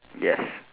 yes